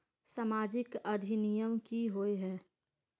सामाजिक अधिनियम की होय है?